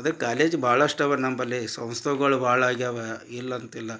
ಅದು ಕಾಲೇಜ್ ಭಾಳಷ್ಟವ ನಂಬಲ್ಲಿ ಸಂಸ್ಥೆಗಳು ಭಾಳ ಆಗ್ಯವೆ ಇಲ್ಲಂತಿಲ್ಲ